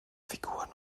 figuren